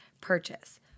purchase